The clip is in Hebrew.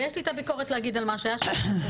ויש לי את הביקורת על מה שהיה שם.